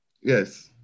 Yes